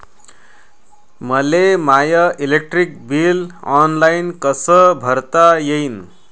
मले my electric bill online कस भरता येईन?